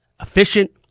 Efficient